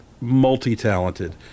multi-talented